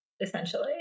essentially